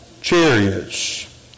chariots